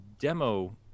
demo